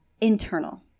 internal